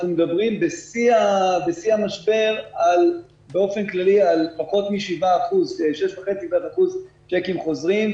אנחנו מדברים בשיא המשבר באופן כללי על פחות מ-7% - 6.5% צ'קים חוזרים,